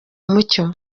mucyo